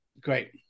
great